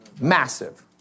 Massive